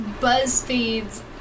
Buzzfeed's